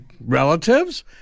relatives